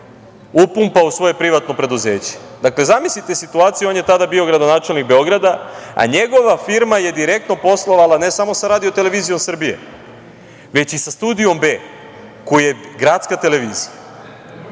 upumpa u svoje privatno preduzeće. Dakle, zamislite situaciju, on je tada bio gradonačelnik Beograda, a njegova firma je direktno poslovala ne samo sa Radio-televizojom Srbije, već i sa Studiom B, koji je gradska televizija